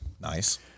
Nice